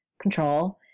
control